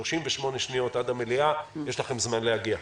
38 שניות עד המליאה, יש לכם זמן להגיע.